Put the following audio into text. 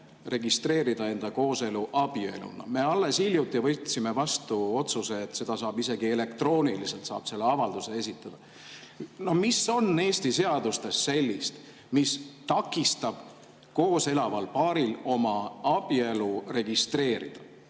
registreerida enda kooselu abieluna. Me alles hiljuti võtsime vastu otsuse, et isegi elektrooniliselt saab selle avalduse esitada. Mis on Eesti seadustes sellist, mis takistab koos elaval paaril oma abielu registreerida?